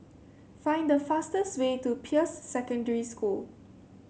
find the fastest way to Peirce Secondary School